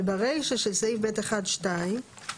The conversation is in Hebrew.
וברישה של סעיף (ב)(1)(2)